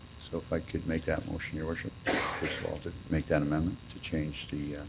so if i could make that motion, your worship. first of all to make that amendment to change the